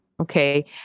Okay